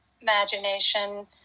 imagination